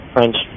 French